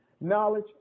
knowledge